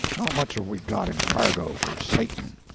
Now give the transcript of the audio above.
much have we got in cargo for satan?